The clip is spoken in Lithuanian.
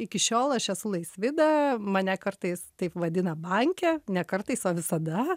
iki šiol aš esu laisvida mane kartais taip vadina banke ne kartais o visada